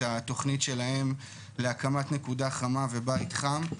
התוכנית שלהם להקמת נקודה חמה ובית חם.